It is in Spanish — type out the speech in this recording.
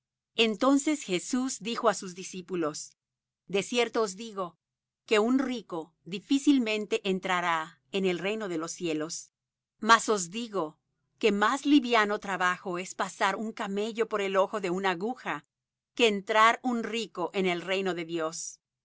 entonces jesús dijo á sus discípulos de cierto os digo que un rico difícilmente entrará en el reino de los cielos mas os digo que más liviano trabajo es pasar un camello por el ojo de una aguja que entrar un rico en el reino de dios